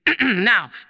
Now